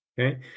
okay